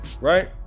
right